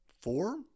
four